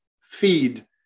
feed